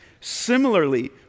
Similarly